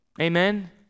Amen